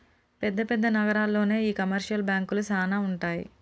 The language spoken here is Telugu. పెద్ద పెద్ద నగరాల్లోనే ఈ కమర్షియల్ బాంకులు సానా ఉంటాయి